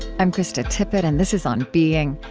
i'm krista tippett, and this is on being.